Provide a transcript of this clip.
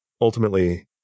ultimately